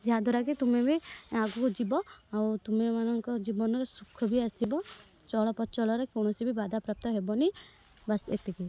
ଯାହାଦ୍ୱାରା କି ତୁମେ ବି ଆଗକୁ ଯିବ ଆଉ ତୁମମାନଙ୍କ ଜୀବନରେ ସୁଖ ବି ଆସିବ ଚଳପ୍ରଚଳରେ କୌଣସି ବି ବାଧାପ୍ରାପ୍ତ ହେବନି ବାସ୍ ଏତିକି